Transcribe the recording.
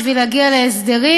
בשביל להגיע להסדרים.